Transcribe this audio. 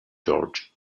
george